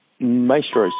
Maestro